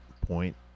point